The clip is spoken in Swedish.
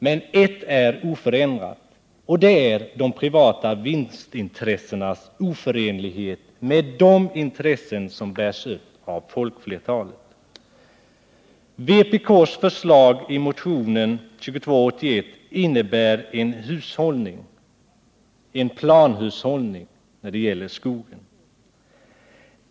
Men ett är oförändrat, och det är de privata vinstintressenas oförenlighet med de intressen som bärs upp av folkflertalet. Vpk:s förslag i motion 2281 innebär en planhushållning när det gäller skogen.